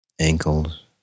ankles